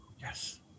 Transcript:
Yes